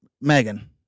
Megan